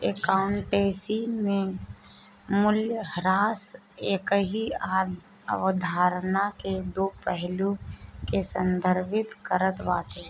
accountancy में मूल्यह्रास एकही अवधारणा के दो पहलू के संदर्भित करत बाटे